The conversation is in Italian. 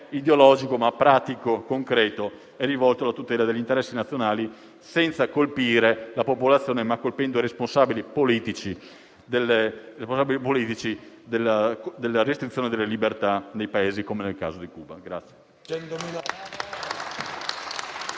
ideologico, ma pratico e concreto. È rivolto alla tutela degli interessi nazionali, senza colpire la popolazione, ma i responsabili politici delle restrizioni della libertà nei Paesi come Cuba.